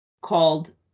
called